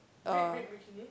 uh